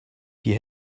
die